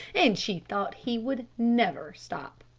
and she thought he would never stop.